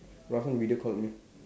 Raushan video called me